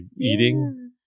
eating